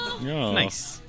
Nice